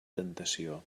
temptació